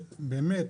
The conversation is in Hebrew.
באמת,